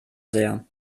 sehr